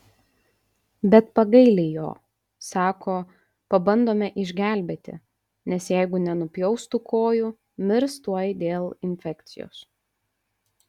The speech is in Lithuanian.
bet pagaili jo sako pabandome išgelbėti nes jeigu nenupjaus tų kojų mirs tuoj dėl infekcijos